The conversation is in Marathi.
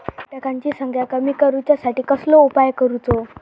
किटकांची संख्या कमी करुच्यासाठी कसलो उपाय करूचो?